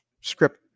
script